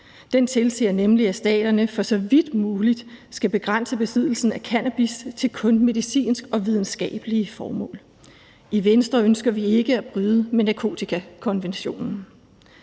Den tilsiger nemlig, at staterne så vidt muligt skal begrænse besiddelsen af cannabis til kun medicinske og videnskabelige formål. I Venstre ønsker vi ikke at bryde med narkotikakonventionen.